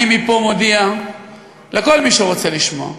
אני מפה מודיע לכל מי שרוצה לשמוע,